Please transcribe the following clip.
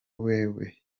wewe